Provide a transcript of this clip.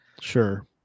Sure